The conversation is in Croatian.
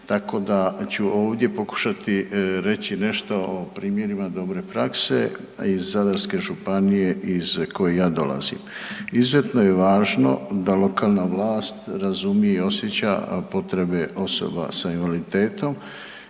Tako da ću ovdje pokušati reći nešto o primjerima dobre prakse iz Zadarske županije iz koje ja dolazim. Izuzetno je važno da lokalna vlast razumije i osjeća potrebe osoba s invaliditetom